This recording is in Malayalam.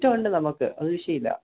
മുറ്റമുണ്ട് നമുക്ക് അത് വിഷയം ഇല്ല